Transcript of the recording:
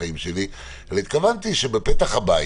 אלא התכוונתי בפתח הבית,